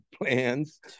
plans